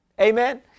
Amen